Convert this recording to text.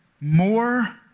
more